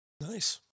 Nice